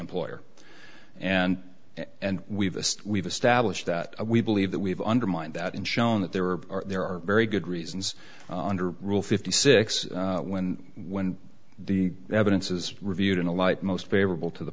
employer and and we've we've established that we believe that we have undermined that and shown that there are there are very good reasons under rule fifty six when when the evidence is reviewed in the light most favorable to the